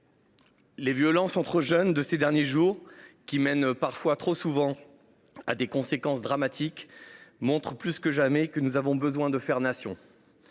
Les violences entre jeunes des derniers jours, qui mènent trop souvent à des conséquences dramatiques, montrent plus que jamais notre besoin de « faire nation